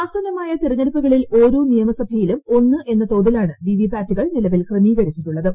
ആസ്ന്നുമാ്യ തെരഞ്ഞെടുപ്പുകളിൽ ഓരോ നിയമസഭയിലും ഒന്ന് ് എന്ന തോതിലാണ് വി വി പാറ്റുകൾ നിലവിൽ ക്രമീകരിച്ചിട്ടുള്ളത്